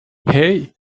hey